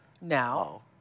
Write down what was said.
Now